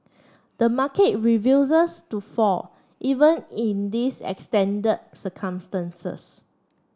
the market refuses to fall even in these extended circumstances